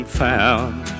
found